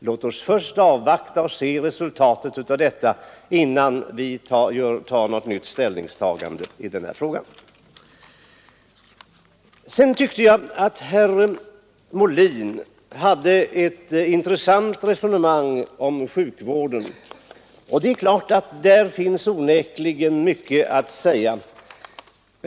Låt oss först avvakta och se resultatet av detta innan vi gör något nytt ställningstagande i denna fråga. Jag tyckte sedan att herr Molin hade ett intressant resonemang om sjukvården. Det är klart att där onekligen finns mycket att säga.